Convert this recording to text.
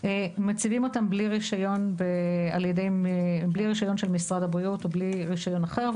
מציבים אותם בלי רישיון של משרד הבריאות או בלי רישיון אחר,